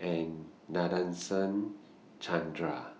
and Nadasen Chandra